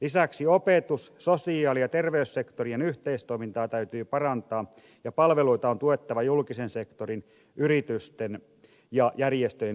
lisäksi opetus sosiaali ja terveyssektorien yhteistoimintaa täytyy parantaa ja palveluita on tuettava julkisen sektorin yritysten ja järjestöjen yhteistyönä